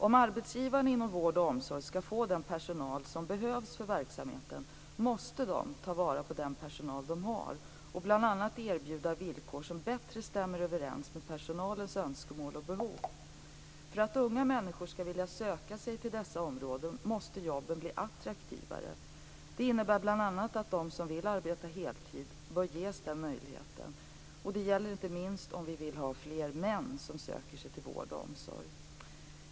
Om arbetsgivarna inom vård och omsorg skall få den personal som behövs för verksamheten måste de ta vara på den personal de har och bl.a. erbjuda villkor som bättre stämmer överens med personalens önskemål och behov. För att unga människor skall vilja söka sig till dessa områden måste jobben bli attraktivare. Det innebär bl.a. att de som vill arbeta heltid bör ges den möjligheten. Det gäller inte minst om vi vill ha fler män som söker sig till vård och omsorg.